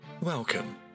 Welcome